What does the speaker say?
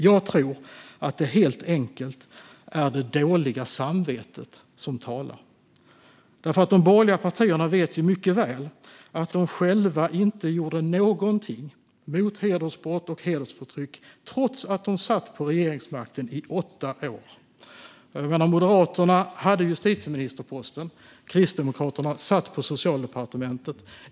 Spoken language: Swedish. Jag tror att det helt enkelt är det dåliga samvetet som talar. De borgerliga partierna vet nämligen mycket väl att de själva inte gjorde någonting mot hedersbrott och hedersförtryck trots att de satt på regeringsmakten i åtta år. Moderaterna hade justitieministerposten, och Kristdemokraterna satt på Socialdepartementet.